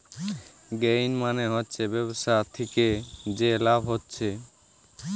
gain মানে হচ্ছে ব্যবসা থিকে যে লাভ হচ্ছে